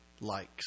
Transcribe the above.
likes